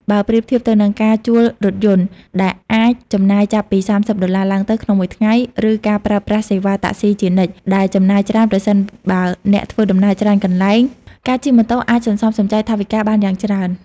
បើប្រៀបធៀបទៅនឹងការជួលរថយន្ត ដែលអាចចំណាយចាប់ពី ៣០ ដុល្លារឡើងទៅក្នុងមួយថ្ងៃ ឬការប្រើប្រាស់សេវាតាក់ស៊ីជានិច្ច ដែលចំណាយច្រើនប្រសិនបើអ្នកធ្វើដំណើរច្រើនកន្លែង ការជិះម៉ូតូអាច សន្សំសំចៃថវិកាបានយ៉ាងច្រើន។